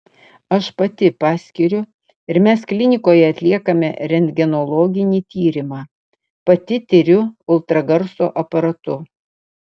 aš pati paskiriu ir mes klinikoje atliekame rentgenologinį tyrimą pati tiriu ultragarso aparatu